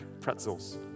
pretzels